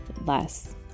less